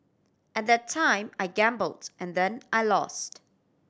at that time I gambled and then I lost